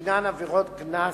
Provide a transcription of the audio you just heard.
שהן עבירות קנס,